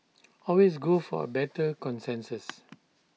always go for A better consensus